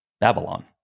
Babylon